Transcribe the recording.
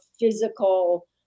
physical